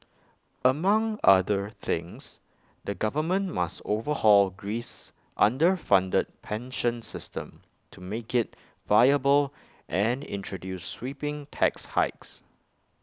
among other things the government must overhaul Greece's underfunded pension system to make IT viable and introduce sweeping tax hikes